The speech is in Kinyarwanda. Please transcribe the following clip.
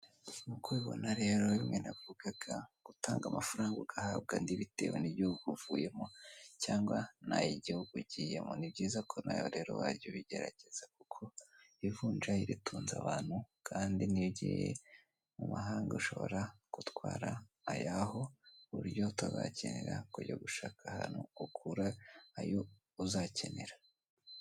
Nk'uko ubibona rero rimwe navugaga utanga amafaranga ugahabwa andi bitewe n'igihugu uvuyemo cyangwa n'ay'igihugu ugiyemo, ni byiza ko nawe rero wajya ubigerageza kuko ivunjayi ritunze abantu kandi niyo ugiye mu mahanga ushobora gutwara ayaho kuburyo utazakenera kujya gushaka ahantu ukura ayo uzakenera.